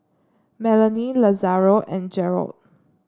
Melony Lazaro and Jerrod